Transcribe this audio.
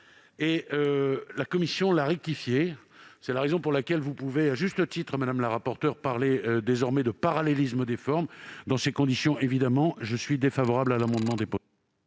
que la commission a rectifiée. C'est la raison pour laquelle vous pouvez à juste titre, madame la rapporteure, parler désormais de parallélisme des formes. Dans ces conditions, le Gouvernement émet un avis défavorable sur cet amendement. Je mets